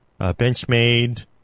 Benchmade